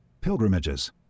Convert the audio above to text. Pilgrimages